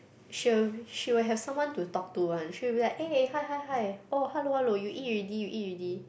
she'll she will have someone to talk to one she will be like eh hi hi hi oh hello hello you eat already you eat already